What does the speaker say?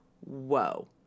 Whoa